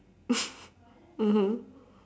mmhmm